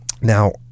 now